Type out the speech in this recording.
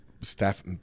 staff